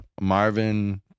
Marvin